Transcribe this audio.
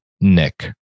Nick